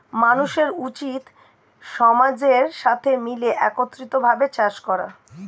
মানুষের উচিত সমাজের সাথে মিলে একত্রিত ভাবে চাষ করা